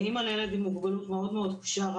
אני אמא לילד עם מוגבלות מאוד מאוד קשה,